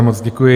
Moc děkuji.